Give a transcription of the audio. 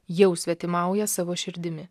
jau svetimauja savo širdimi